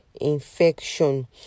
infection